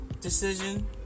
Decision